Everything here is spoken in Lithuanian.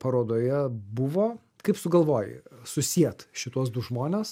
parodoje buvo kaip sugalvojai susiet šituos du žmones